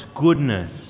Goodness